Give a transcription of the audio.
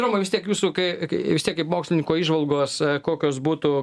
romai vis tiek jūsų kai kai vis tiek kaip mokslininko įžvalgos kokios būtų